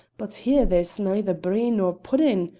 but here there's neither bree nor puddin'.